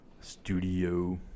Studio